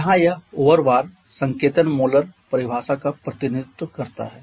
यहां यह over bar संकेतन मोलर परिभाषा का प्रतिनिधित्व करता है